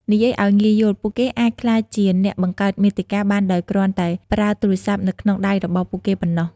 និយាយឲ្យងាយយល់ ពួកគេអាចក្លាយជាអ្នកបង្កើតមាតិកាបានដោយគ្រាន់តែប្រើទូរស័ព្ទនៅក្នុងដៃរបស់ពួកគេប៉ុណ្ណោះ។